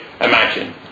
imagine